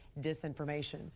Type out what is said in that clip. disinformation